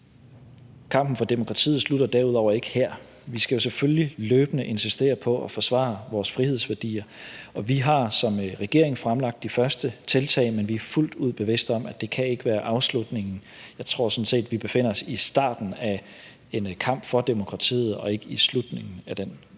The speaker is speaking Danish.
Kampen for demokratiet slutter ikke her. Vi skal jo selvfølgelig løbende insistere på at forsvare vores frihedsværdier. Vi har som regering fremlagt de første tiltag, men vi er fuldt ud bevidste om, at det ikke kan være afslutningen. Jeg tror sådan set, at vi befinder os i starten af en kamp for demokratiet og ikke i slutningen af den